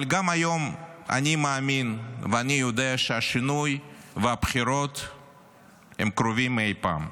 אבל גם היום אני מאמין ואני יודע שהשינוי והבחירות קרובים מאי-פעם.